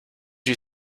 you